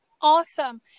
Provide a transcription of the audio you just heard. Awesome